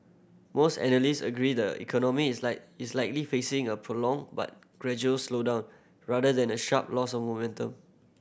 most analyst agree the economy is like is likely facing a prolonged but gradual slowdown rather than a sharp loss of momentum